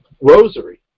rosary